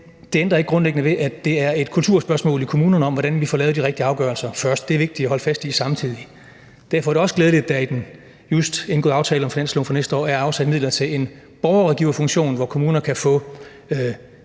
det ændrer ikke grundlæggende ved, at det er et kulturspørgsmål i kommunerne, hvordan man får lavet de rigtige afgørelser første gang. Det er vigtigt at holde fast i samtidig. Derfor er det også glædeligt, at der i den just indgåede aftale om finansloven for næste år er afsat midler til en borgerrådgiverfunktion, hvor kommuner kan få